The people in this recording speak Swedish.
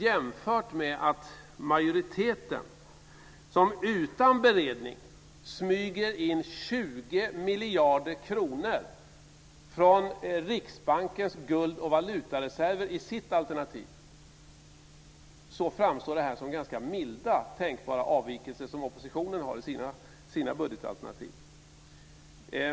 Jämfört med att majoriteten utan beredning smyger in 20 miljarder kronor från Riksbankens guld och valutareserv i sitt alternativ tycker jag att de tänkbara avvikelser som oppositionen har i sina budgetalternativ framstår som ganska milda.